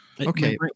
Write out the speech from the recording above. Okay